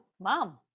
mom